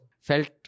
felt